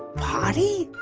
potty?